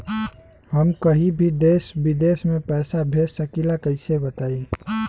हम कहीं भी देश विदेश में पैसा भेज सकीला कईसे बताई?